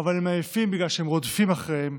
אבל הם עייפים בגלל שהם רודפים אחריהם.